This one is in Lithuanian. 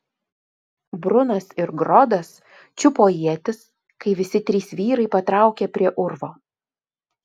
brunas ir grodas čiupo ietis kai visi trys vyrai patraukė prie urvo